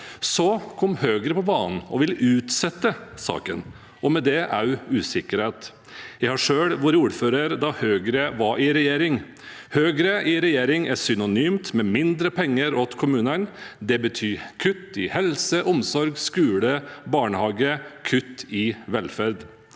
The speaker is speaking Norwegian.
Så kom Høyre på banen. De vil utsette saken, og med det kommer også usikkerhet. Jeg har selv vært ordfører mens Høyre var i regjering. Høyre i regjering er sy nonymt med mindre penger til kommunene. Det betyr kutt i helse, omsorg, skole og barnehage – kutt i velferd.